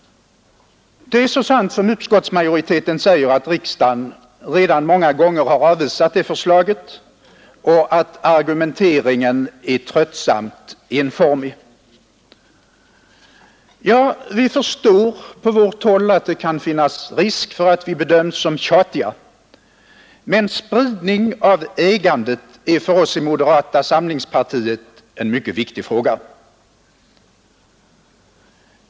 Det är så sant som utskottsmajoriteten säger att riksdagen redan många gånger har avvisat det förslaget och att argumenteringen är tröttsamt enformig. Ja, vi förstår på vårt håll att det kan finnas risk för att vi bedöms som tjatiga. Men spridning av ägandet är för oss i moderata samlingspartiet en mycket viktig fråga.